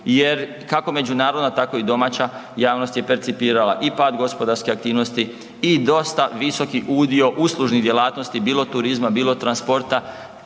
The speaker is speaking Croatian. jer kako međunarodna tako i domaća javnost je percipirala i pad gospodarske aktivnosti i dosta visoki udio uslužnih djelatnosti, bilo turizma, bilo transporata,